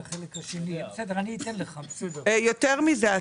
יותר מזה,